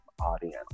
audience